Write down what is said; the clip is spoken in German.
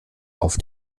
auf